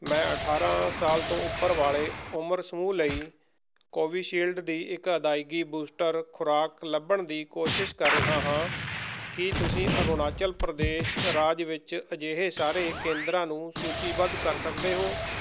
ਮੈਂ ਅਠਾਰਾਂ ਸਾਲ ਤੋਂ ਉੱਪਰ ਵਾਲੇ ਉਮਰ ਸਮੂਹ ਲਈ ਕੋਵਿਸ਼ਿਲਡ ਦੀ ਇੱਕ ਅਦਾਇਗੀ ਬੂਸਟਰ ਖੁਰਾਕ ਲੱਭਣ ਦੀ ਕੋਸ਼ਿਸ਼ ਕਰ ਰਿਹਾ ਹਾਂ ਕੀ ਤੁਸੀਂ ਅਰੁਣਾਚਲ ਪ੍ਰਦੇਸ਼ ਰਾਜ ਵਿੱਚ ਅਜਿਹੇ ਸਾਰੇ ਕੇਂਦਰਾਂ ਨੂੰ ਸੂਚੀਬੱਧ ਕਰ ਸਕਦੇ ਹੋ